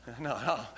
no